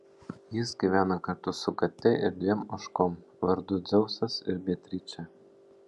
jis gyvena kartu su kate ir dviem ožkom vardu dzeusas ir beatričė